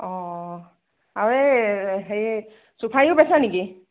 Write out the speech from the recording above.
অ আৰু এই হেৰি চুফাৰিও বেচে নেকি